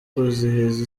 kwizihiza